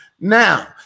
Now